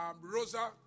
Rosa